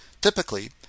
Typically